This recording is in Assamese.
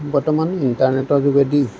বৰ্তমান ইণ্টাৰনেটৰ যোগেদি